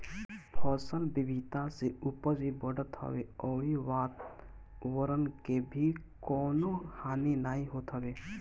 फसल विविधता से उपज भी बढ़त हवे अउरी वातवरण के भी कवनो हानि नाइ होत हवे